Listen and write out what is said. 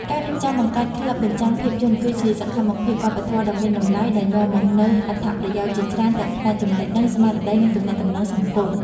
ការរៀបចំបង្កើតក្លឹបបញ្ចាំងភាពយន្ត គឺជាសកម្មភាពវប្បធម៌ដ៏មានតម្លៃ ដែលនាំមកនូវអត្ថប្រយោជន៍ជាច្រើនទាំងផ្នែកចំណេះដឹង ស្មារតី និងទំនាក់ទំនងសង្គម។